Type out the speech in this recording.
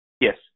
Yes